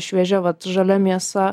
šviežia vat žalia mėsa